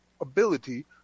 ability